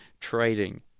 trading